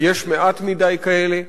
יש מעט מדי כאלה.